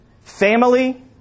Family